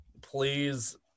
Please